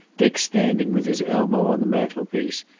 dick standing with his elbow on the mantelpiece,